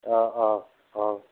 औ